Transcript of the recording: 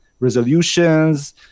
resolutions